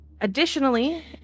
Additionally